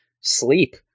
sleep